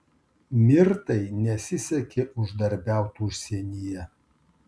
mirtai nesisekė uždarbiaut užsienyje